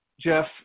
Jeff